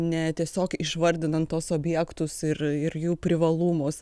ne tiesiog išvardinant tuos objektus ir ir jų privalumus